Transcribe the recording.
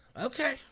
Okay